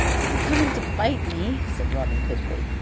they were coming to bite me, said robin quickly,